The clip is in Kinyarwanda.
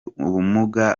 ubumuga